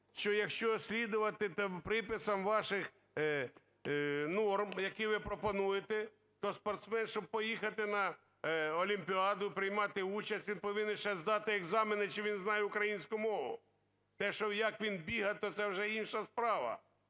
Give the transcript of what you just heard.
якщо слідувати там приписам ваших норм, які ви пропонуєте, то спортсмен, щоб поїхати на олімпіаду, приймати участь, він повинен ще здати екзамени, чи він знає українську мову. Те що, як він бігає, то це вже інша справа,